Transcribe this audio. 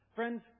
Friends